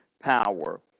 power